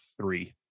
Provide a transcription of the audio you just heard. three